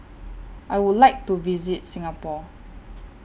I Would like to visit Singapore